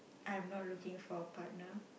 I am not looking for a partner